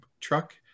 truck